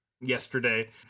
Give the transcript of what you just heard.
Yesterday